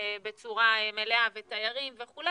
בצורה מלאה ותיירים וכו',